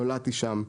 נולדתי שם,